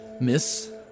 Miss